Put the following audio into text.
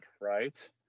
right